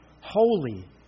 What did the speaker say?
holy